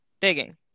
digging